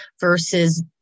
versus